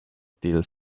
still